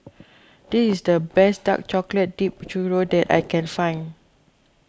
this is the best Dark Chocolate Dipped Churro that I can find